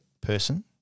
person